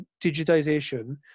digitization